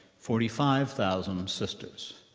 forty five thousand sisters.